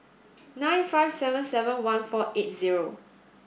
nine five seven seven one four eight zero